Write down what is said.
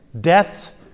Death's